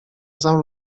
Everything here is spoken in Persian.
ازم